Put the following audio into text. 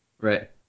Right